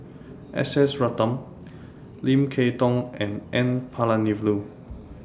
S S Ratnam Lim Kay Tong and N Palanivelu